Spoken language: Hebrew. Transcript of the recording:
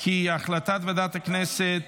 כי התקבלה החלטת ועדת הכנסת